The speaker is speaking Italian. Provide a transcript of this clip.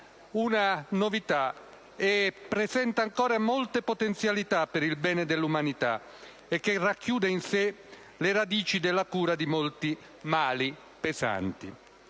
una novità, presenta tutt'oggi molte potenzialità per il bene dell'umanità e racchiude in sé le radici della cura di molti mali pesanti.